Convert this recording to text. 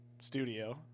Studio